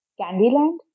Candyland